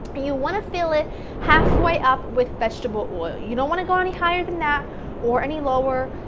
but you want to fill it half way up with vegetable oil. you don't want to go any higher than that or any lower.